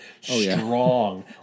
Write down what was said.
strong